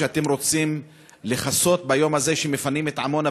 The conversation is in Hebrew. אתם רוצים לכסות ביום הזה שמפנים את עמונה,